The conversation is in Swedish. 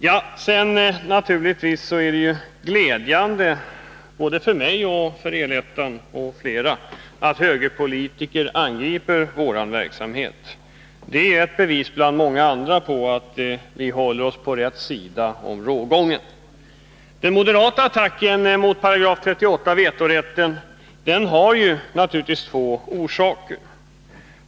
Det är naturligtvis glädjande både för mig och för El-ettan m.fl. att högerpolitiker angriper vår verksamhet. Det är ett bevis bland många andra för att vi håller oss på rätt sida om rågången. Den moderata attacken mot 38§ om vetorätten har naturligtvis två orsaker.